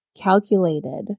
calculated